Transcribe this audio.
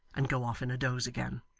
and go off in a doze again.